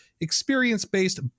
experience-based